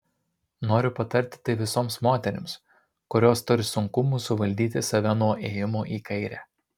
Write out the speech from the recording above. noriu patarti tai visoms moterims kurios turi sunkumų suvaldyti save nuo ėjimo į kairę